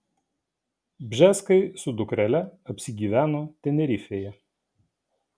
bžeskai su dukrele apsigyveno tenerifėje